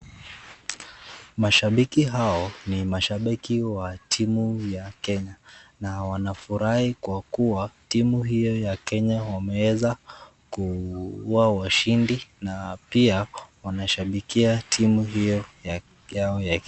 Mashabiki hawa ni washabiki wa timu ya Kenya na wanafurahi ya kuwa timu hiyo ya Kenya wameweza kukuwa washindi na pia wanashabikia timu hiyo yao Kenya.